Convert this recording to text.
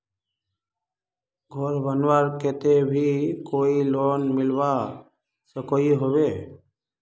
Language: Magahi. घोर बनवार केते भी कोई लोन मिलवा सकोहो होबे?